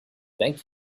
thank